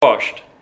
Washed